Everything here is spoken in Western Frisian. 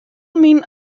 myn